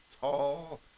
Tall